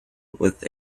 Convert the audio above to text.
with